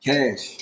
Cash